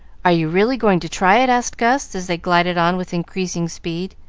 are you really going to try it? asked gus, as they glided on with increasing speed,